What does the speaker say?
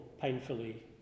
painfully